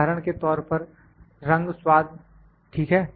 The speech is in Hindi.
उदाहरण के तौर पर रंग स्वाद ठीक है